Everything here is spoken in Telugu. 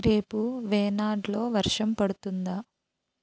రేపు వేనాడ్లో వర్షం పడుతుందా